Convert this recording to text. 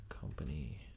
company